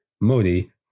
Modi